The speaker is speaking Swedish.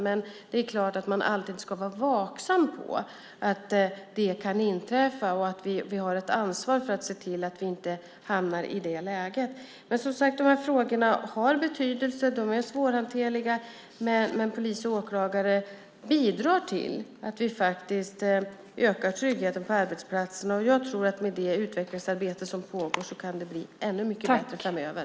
Men det är klart att man alltid ska vara vaksam på att det kan inträffa och att vi har ett ansvar för att se till att vi inte hamnar i det läget. Dessa frågor har betydelse och är svårhanterliga, men polis och åklagare bidrar till att vi ökar tryggheten på arbetsplatserna. Med det utvecklingsarbete som pågår kan det bli ännu mycket bättre framöver.